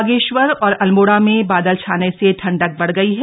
बागेश्वर और अल्मोड़ा में बादल छाने से ठंडक बढ़ गई है